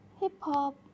hip-hop